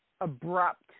abrupt